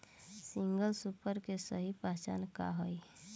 Single super के सही पहचान का हई?